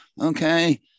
Okay